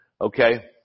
Okay